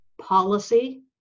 policy